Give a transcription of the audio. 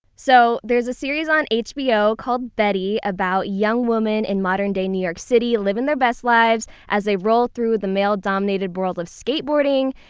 so there's a series on hbo called betty, about young women in modern-day new york city living their best lives as they roll through the male-dominated world of skateboarding.